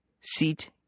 Seat